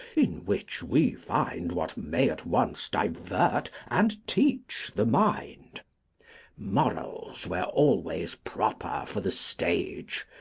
in which we find what may at once divert and teach the mind morals were always proper for the stage,